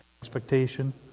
expectation